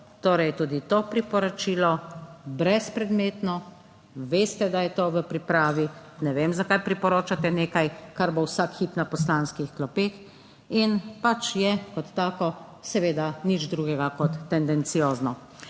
Torej je tudi to priporočilo brezpredmetno - veste, da je to v pripravi, ne vem, zakaj priporočate nekaj, kar bo vsak hip na poslanskih klopeh in pač je kot tako seveda nič drugega kot tendenciozno.